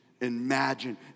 imagine